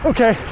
Okay